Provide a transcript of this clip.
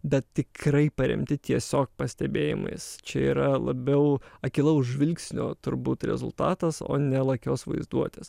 bet tikrai paremti tiesiog pastebėjimais čia yra labiau akylaus žvilgsnio turbūt rezultatas o ne lakios vaizduotės